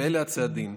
אלה הצעדים: